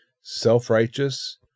self-righteous